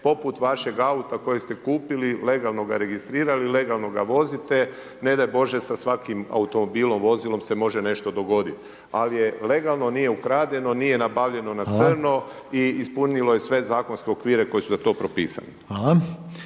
poput vašeg auta, koji ste kupili, legalno ga registrirali, legalno ga vozite, ne daj Bože sa svakim automobilom, vozilom se može nešto dogoditi. Ali je legalno, nije ukradeno, nije nabavljeno na crno i ispunilo je sve zakonske okvire koji su za to propisani.